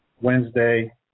Wednesday